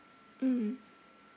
mm